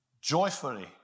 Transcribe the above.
joyfully